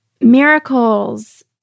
miracles